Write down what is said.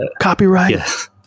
Copyright